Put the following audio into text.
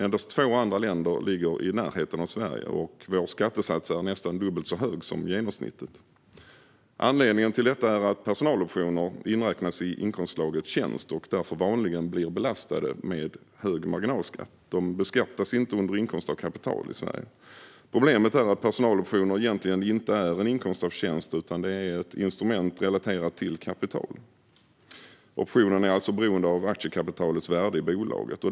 Endast två andra länder ligger i närheten av Sverige, och vår skattesats är nästan dubbelt så hög som genomsnittet. Anledningen till detta är att personaloptioner inräknas i inkomstslaget tjänst och därför vanligen blir belastade med hög marginalskatt. De beskattas inte under inkomst av kapital i Sverige. Problemet är att personaloptioner egentligen inte är en inkomst av tjänst, utan det är ett instrument relaterat till kapital. Optionen är alltså beroende av aktiekapitalets värde i bolaget.